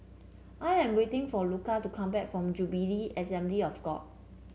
I am waiting for Luca to come back from Jubilee Assembly of God